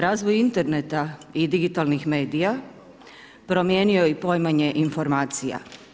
Razvoj interneta i digitalnih medija promijenio je i poimanje informacija.